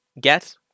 get